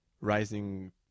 rising